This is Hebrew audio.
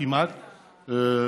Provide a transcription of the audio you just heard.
איתה,